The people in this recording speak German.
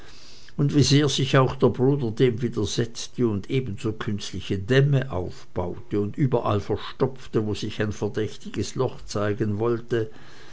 und wie sehr sich auch der bruder dem widersetzte und ebenso künstliche dämme aufbaute und überall verstopfte wo sich ein verdächtiges loch zeigen wollte